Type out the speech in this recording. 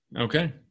okay